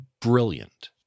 brilliant